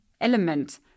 element